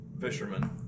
fisherman